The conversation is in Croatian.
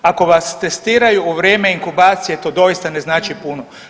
Ako vas testiraju u vrijeme inkubacije, to doista ne znači puno.